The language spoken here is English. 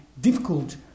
difficult